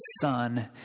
son